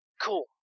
Cool